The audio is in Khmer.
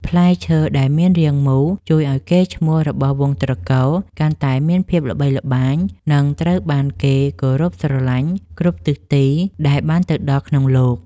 ផ្លែឈើដែលមានរាងមូលជួយឱ្យកេរ្តិ៍ឈ្មោះរបស់វង្សត្រកូលកាន់តែមានភាពល្បីល្បាញ និង ត្រូវបានគេគោរពស្រឡាញ់គ្រប់ទិសទីដែលបានទៅដល់ក្នុងលោក។